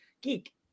geek